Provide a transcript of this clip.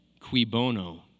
Quibono